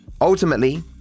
ultimately